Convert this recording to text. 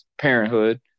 parenthood